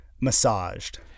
massaged